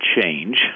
change